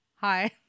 Hi